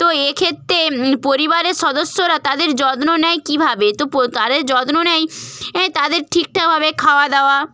তো এক্ষেত্রে পরিবারের সদস্যরা তাদের যত্ন নেয় কীভাবে তো তাদের যত্ন নেয় তাদের ঠিকঠাকভাবে খাওয়া দাওয়া